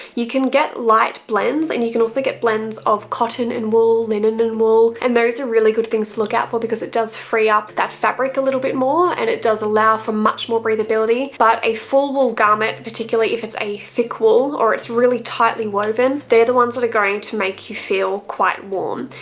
you can get light blends and you can also get blends of cotton and wool, linen and wool, and those are really good things to look out for because it does free up that fabric a little bit more and it does allow for much more breathability, but a full wool garment, particularly if it's a thick wool or it's really tightly woven, they're the ones that are going to make you feel quite warm.